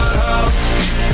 house